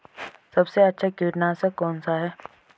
सबसे अच्छा कीटनाशक कौनसा है?